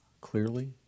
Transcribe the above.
clearly